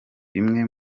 bimwe